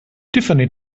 tiffany